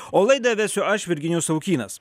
o laidą vesiu aš virginijus savukynas